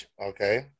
Okay